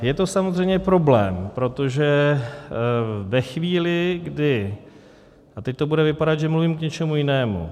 Je to samozřejmě problém, protože ve chvíli, kdy a teď to bude vypadat, že mluvím, k něčemu jinému.